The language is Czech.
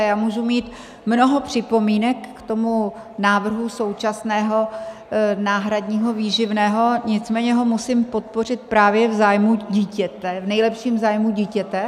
A já můžu mít mnoho připomínek k tomu návrhu současného náhradního výživného, nicméně ho musím podpořit právě v zájmu dítěte, v nejlepším zájmu dítěte.